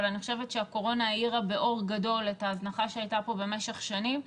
אבל אני חושבת שהקורונה האירה באור גדול את ההזנחה שהייתה פה במשך שנים,